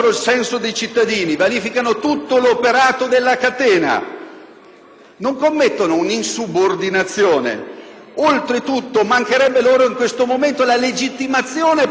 non commettono un'insubordinazione? Oltretutto, mancherebbe loro in questo momento la legittimazione popolare ad esercitare in questa maniera. Ciò avviene sempre più